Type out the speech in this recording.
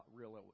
real